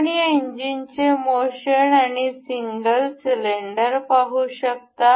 आपण या इंजिनचे मोशन आणि सिंगल सिलेंडर पाहू शकता